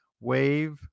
Wave